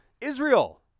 Israel